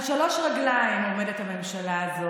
על שלוש רגליים עומדת הממשלה הזאת,